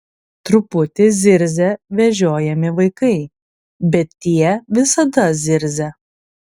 truputį zirzia vežiojami vaikai bet tie visada zirzia